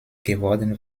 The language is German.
geworden